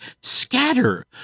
scatter